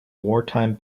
wartime